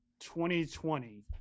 2020